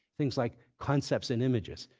things like concepts and images,